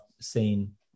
seen